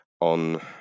on